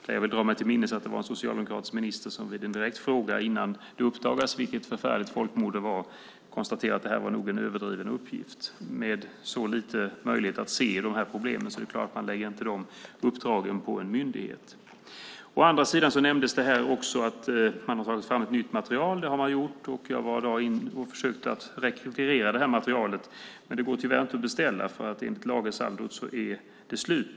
Jag vill dra mig till minnes att det var en socialdemokratisk minister som vid en direkt fråga, innan det uppdagades vilket förfärligt folkmord det var, konstaterade att det nog var en överdriven uppgift. Med så lite möjlighet att se de här problemen är det klart att man inte lägger de uppdragen på en myndighet. Det nämndes att man har tagit fram ett nytt material. Jag var i dag inne och försökte rekvirera det här materialet. Men det går tyvärr inte att beställa, för enligt lagersaldot är det slut.